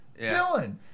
Dylan